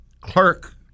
clerk